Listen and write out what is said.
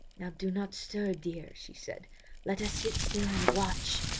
now do not stir, dear she said let us sit still and watch.